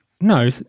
No